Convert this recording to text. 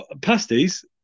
pasties